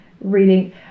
reading